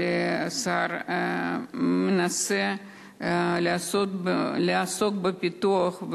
אבל השר מנסה לעסוק בפיתוח,